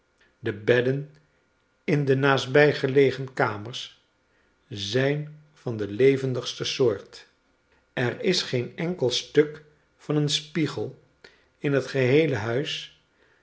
de bedden in de naastbij gelegen kamers zijn van de levendigste soort er is geen enkel stuk van een spiegel in het geheele huis